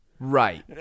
Right